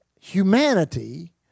humanity